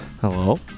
Hello